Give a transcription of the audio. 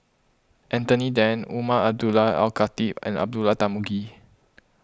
Anthony then Umar Abdullah Al Khatib and Abdullah Tarmugi